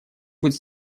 быть